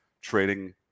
trading